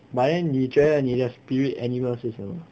but then 你觉得你的 spirit animal 是什么